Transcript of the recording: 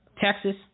Texas